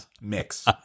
mix